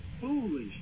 foolish